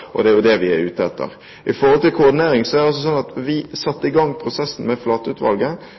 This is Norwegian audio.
og det er jo det vi er ute etter. Når det gjelder koordinering, satte vi i gang prosessen med